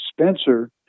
Spencer